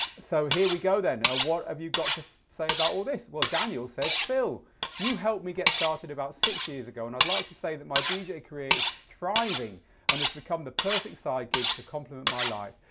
so here we go then. what have you got to about all this? well daniel says, phil you helped me get started about six years ago and i'd like to say that my dj career is thriving and has become the perfect side gig to complement my life.